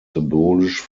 symbolisch